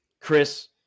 Chris